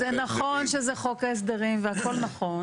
זה נכון שזה חוק ההסדרים והכל נכון.